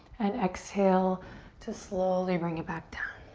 and exhale to slowly bring it back down.